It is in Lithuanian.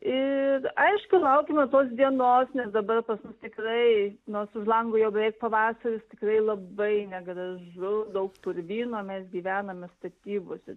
ir aišku laukiame tos dienos nes dabar pas mus tikrai nors už lango jau beveik pavasaris tikrai labai negražu daug purvyno mes gyvename statybose